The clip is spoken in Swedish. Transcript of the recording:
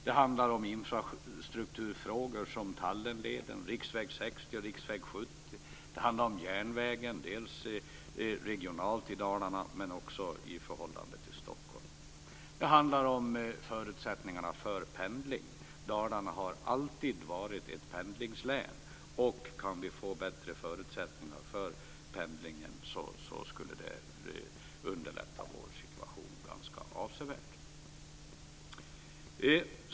Det handlar om infrastrukturfrågor, som Tallenleden, riksväg 60 och riksväg 70. Det handlar om järnvägen, dels regionalt i Dalarna, dels i förhållande till Stockholm. Det handlar om förutsättningarna för pendling. Dalarna har alltid varit ett pendlingslän. Det skulle underlätta vår situation avsevärt om vi kunde få bättre förutsättningar för pendlingen.